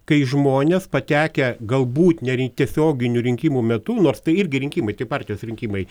kai žmonės patekę galbūt ne tiesioginių rinkimų metu nors tai irgi rinkimai tai partijos rinkimai